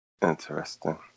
Interesting